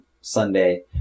Sunday